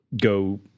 go